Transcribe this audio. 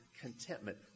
contentment